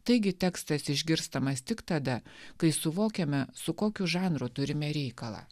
taigi tekstas išgirstamas tik tada kai suvokiame su kokiu žanru turime reikalą